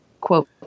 quote